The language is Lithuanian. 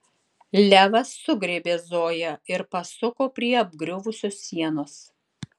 levas sugriebė zoją ir pasuko prie apgriuvusios sienos